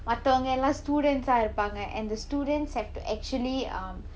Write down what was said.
மத்தவங்க எல்லாம்:mathavanga ellaam students ah இருப்பாங்க:irupaanga and the students have to actually um